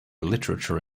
literature